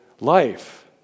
life